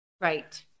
Right